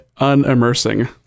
unimmersing